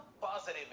positive